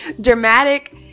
dramatic